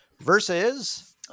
versus